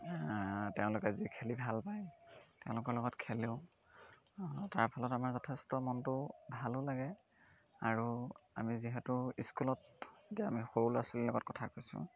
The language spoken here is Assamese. তেওঁলোকে যি খেলি ভাল পায় তেওঁলোকৰ লগত খেলোঁ তাৰ ফলত আমাৰ যথেষ্ট মনটো ভালো লাগে আৰু আমি যিহেতু স্কুলত এতিয়া আমি সৰু ল'ৰা ছোৱালীৰ লগত কথা কৈছোঁ